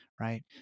right